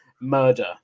murder